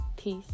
peace